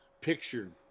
picture